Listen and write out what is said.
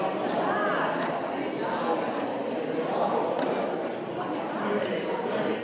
Hvala